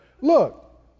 Look